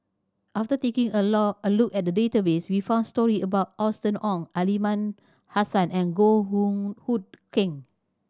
after taking a look at database we found story about Austen Ong Aliman Hassan and Goh Hood Keng